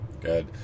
Good